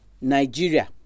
Nigeria